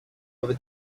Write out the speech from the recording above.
over